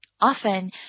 often